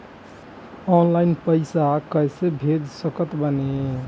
Online पैसा कैसे भेज सकत बानी?